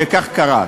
וכך קרה.